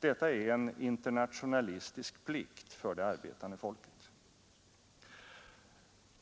Detta är en internationalistisk plikt för det arbetande folket.